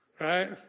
right